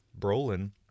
Brolin